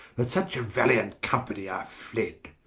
that such a valiant company are fled.